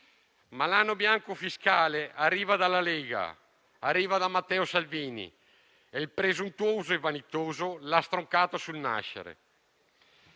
L'anno bianco fiscale però arriva dalla Lega, da Matteo Salvini, e il presuntuoso e vanitoso l'ha stroncato sul nascere.